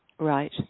Right